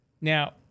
Now